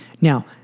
Now